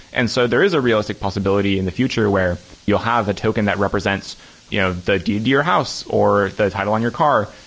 and so there is a realistic possibility in the future where you'll have a token that represents you know the deed to your house or the title on your car,